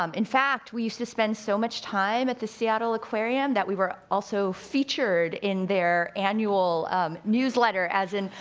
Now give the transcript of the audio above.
um in fact, we used to spend so much time at the seattle aquarium, that we were also featured in their annual newsletter, as in,